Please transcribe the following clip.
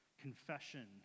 confession